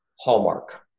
Hallmark